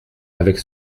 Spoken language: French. avec